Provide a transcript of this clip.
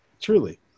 truly